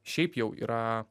šiaip jau yra